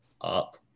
up